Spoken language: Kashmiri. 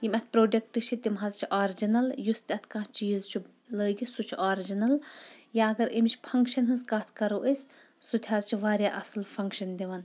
یِم اَتھ پروڈکٹ چھ تِم حظ چھ آرجِنل یُس تہِ اَتھ کانٛہہ چیٖز چھُ لأگِتھ سُہ چھُ آرجِنل یا اگر أمِچ فنکشن ۂنٛز کتھ کرو أسۍ سُہ تہِ حظ چھ واریاہ اصل فنکشن دِوان